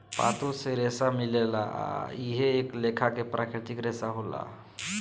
पातो से रेसा मिलेला आ इहो एक लेखा के प्राकृतिक रेसा होला